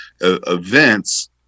events